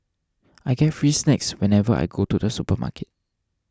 I get free snacks whenever I go to the supermarket